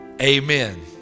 amen